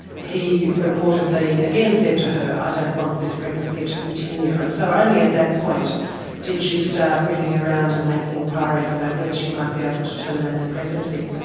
he reportedly again said to her i don't want this pregnancy to continue. and so only at that point did she start ringing around and making enquiries about whether she might be able to terminate the pregnancy.